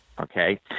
Okay